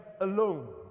alone